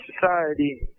society